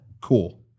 Cool